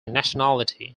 nationality